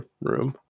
room